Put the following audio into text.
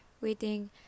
waiting